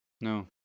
No